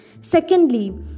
Secondly